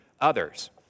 others